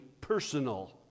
personal